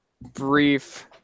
brief